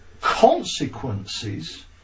consequences